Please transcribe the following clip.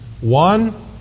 one